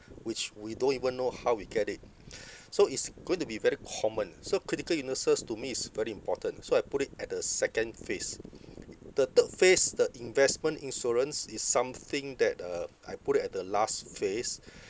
which we don't even know how we get it so it's going to be very common so critical illnesses to me is very important so I put it at the second phase the third phase the investment insurance is something that uh I put it at the last phase